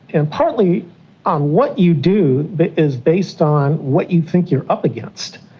and partly on what you do that is based on what you think you are up against.